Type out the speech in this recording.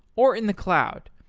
or in the cloud.